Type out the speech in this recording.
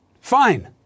Fine